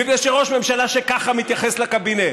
בגלל שראש ממשלה שככה מתייחס לקבינט,